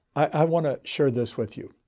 i want to share this with you.